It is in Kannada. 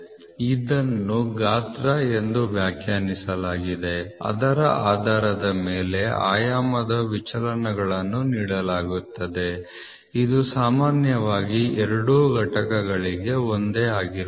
ಇದನ್ನು ಗಾತ್ರ ಎಂದು ವ್ಯಾಖ್ಯಾನಿಸಲಾಗಿದೆ ಅದರ ಆಧಾರದ ಮೇಲೆ ಆಯಾಮದ ವಿಚಲನಗಳನ್ನು ನೀಡಲಾಗುತ್ತದೆ ಇದು ಸಾಮಾನ್ಯವಾಗಿ ಎರಡೂ ಘಟಕಗಳಿಗೆ ಒಂದೇ ಆಗಿರುತ್ತದೆ